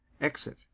Exit